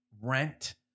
rent